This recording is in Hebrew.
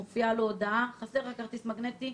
מופיעה הודעה: חסר לך כרטיס מגנטי,